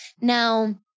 now